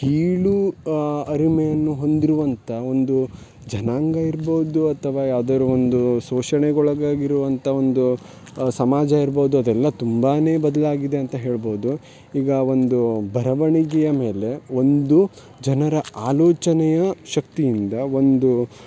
ಕೀಳು ಅರಿಮೆಯನ್ನು ಹೊಂದಿರುವಂಥ ಒಂದು ಜನಾಂಗ ಇರ್ಬೋದು ಅಥವಾ ಯಾವ್ದಾರೂ ಒಂದು ಶೋಷಣೆಗೆ ಒಳಗಾಗಿರುವಂಥ ಒಂದು ಸಮಾಜ ಇರ್ಬೋದು ಅದೆಲ್ಲ ತುಂಬಾ ಬದಲಾಗಿದೆ ಅಂತ ಹೇಳ್ಬೋದು ಈಗ ಒಂದು ಬರವಣಿಗೆಯ ಮೇಲೆ ಒಂದು ಜನರ ಆಲೋಚನೆಯ ಶಕ್ತಿಯಿಂದ ಒಂದು